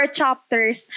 chapters